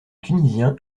tunisiens